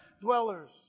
dwellers